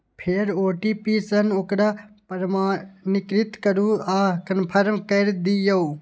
फेर ओ.टी.पी सं ओकरा प्रमाणीकृत करू आ कंफर्म कैर दियौ